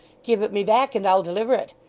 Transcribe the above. give it me back, and i'll deliver it.